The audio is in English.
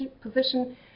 position